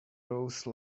rose